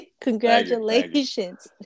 Congratulations